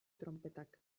tronpetak